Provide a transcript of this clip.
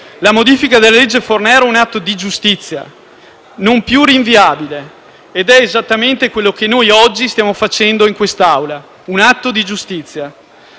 La modifica della legge Fornero è un atto di giustizia non più rinviabile ed è esattamente quello che noi oggi stiamo facendo in quest'Aula: un atto di giustizia.